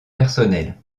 personnelle